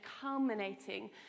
Culminating